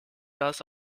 das